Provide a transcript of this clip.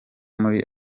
muri